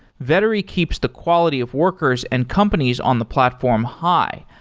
vettery keeps the quality of workers and companies on the platform high,